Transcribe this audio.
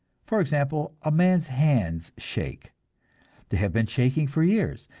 for example, a man's hands shake they have been shaking for years,